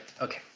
okay